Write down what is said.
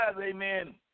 amen